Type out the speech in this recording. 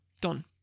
Done